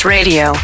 Radio